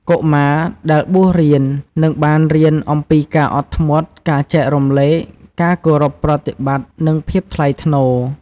កុមារ ដែលបួសរៀននឹងបានរៀនអំពីការអត់ធ្មត់ ការចែករំលែក ការគោរពប្រតិបត្តិ និងភាពថ្លៃថ្នូរ។